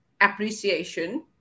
appreciation